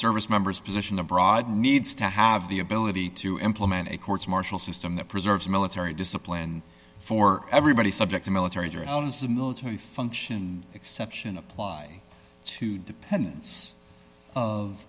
service members position abroad needs to have the ability to implement a courts martial system that preserves military discipline for everybody subject a military jury how does the military function exception apply to dependence